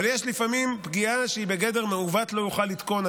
אבל יש לפעמים פגיעה שהיא בגדר "מעֻות לא יוכל לתקֹן",